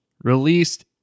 released